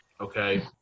okay